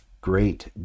great